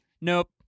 Nope